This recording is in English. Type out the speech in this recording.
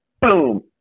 boom